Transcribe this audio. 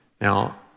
Now